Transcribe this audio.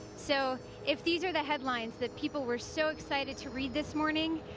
so if these are the headlines that people were so excited to read this morning,